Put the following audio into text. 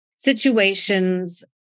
situations